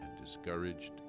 discouraged